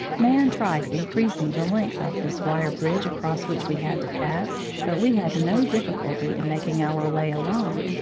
man tried increasing the length of this wire bridge across which we had to pass, but we had no difficulty in making our way along.